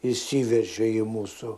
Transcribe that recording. įsiveržia į mūsų